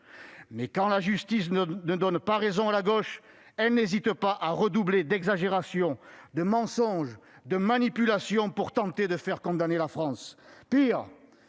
1961. Quand la justice ne donne pas raison à la gauche, celle-ci n'hésite pas à redoubler d'exagérations, de mensonges et de manipulations pour tenter de faire condamner la France.